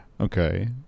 Okay